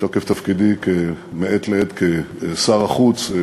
מתוקף תפקידי מעת לעת כשר החוץ,